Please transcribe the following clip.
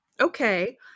Okay